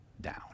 down